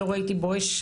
לא ראיתי "בואש",